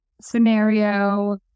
scenario